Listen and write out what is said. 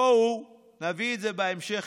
בואו נביא את זה בהמשך